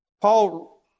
Paul